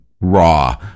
raw